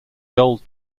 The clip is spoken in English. gold